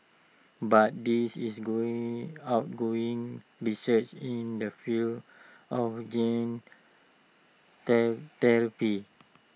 but this is going ongoing research in the field of gene therapy